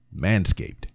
Manscaped